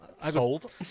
sold